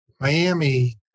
Miami